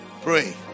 pray